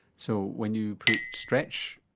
so when you put stretch,